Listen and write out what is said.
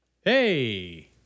Hey